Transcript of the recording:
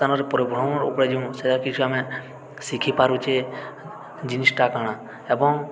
ତାନରେ ପରିିବ୍ରହମର ଉପରେ ଯେଉଁ ସେଟା କିଛି ଆମେ ଶିଖିପାରୁଚେ ଜିନିଷ୍ଟା କାଣା ଏବଂ